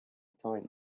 time